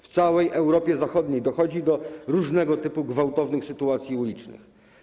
W całej Europie Zachodniej dochodzi do różnego typu gwałtownych sytuacji ulicznych.